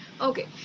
Okay